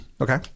Okay